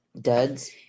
duds